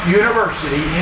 university